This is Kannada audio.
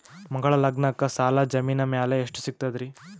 ಮಗಳ ಲಗ್ನಕ್ಕ ಸಾಲ ಜಮೀನ ಮ್ಯಾಲ ಎಷ್ಟ ಸಿಗ್ತದ್ರಿ?